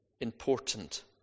important